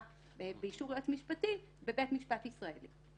באישור יועץ משפטי לבית משפט ישראלי.